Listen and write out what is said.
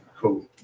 cool